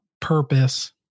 purpose